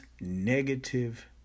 negative